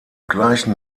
gleichen